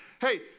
Hey